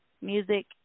music